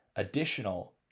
additional